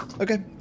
Okay